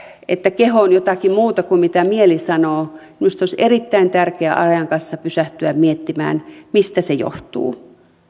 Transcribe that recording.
että keho on jotakin muuta kuin mitä mieli sanoo olisi erittäin tärkeää ajan kanssa pysähtyä miettimään mistä se johtuu